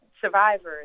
survivors